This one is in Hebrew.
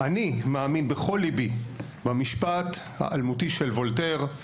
אני מאמין בכל ליבי במשפט האלמותי של וולטר,